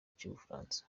cy’ubufaransa